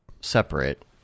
separate